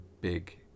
big